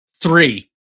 Three